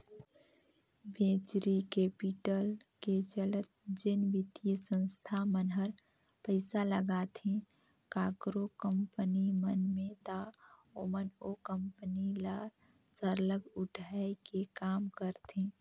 venture capital के चलत जेन बित्तीय संस्था मन हर पइसा लगाथे काकरो कंपनी मन में ता ओमन ओ कंपनी ल सरलग उठाए के काम करथे